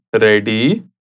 ready